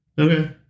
okay